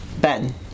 Ben